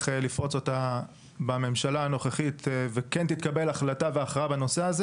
לפרוץ אותה בממשלה הנוכחית וכן תתקבל החלטה והכרעה בנושא הזה